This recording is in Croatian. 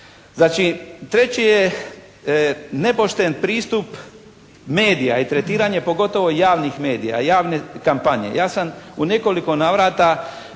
Znači treći je nepošten pristup medija i tretiranje pogotovo javnih medija, javne kampanje. Ja sam u nekoliko navrata